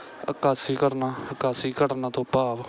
ਅਕਾਸ਼ੀ ਘਟਨਾ ਅਕਾਸ਼ੀ ਘਟਨਾ ਤੋਂ ਭਾਵ